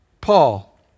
Paul